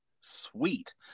Sweet